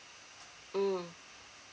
mm